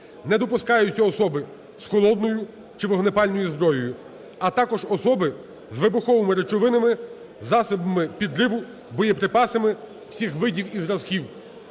не допускаються особи з холодною чи вогнепальною зброєю, а також особи з вибуховими речовинами, засобами підриву, боєприпасами всіх видів і зразків.